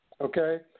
okay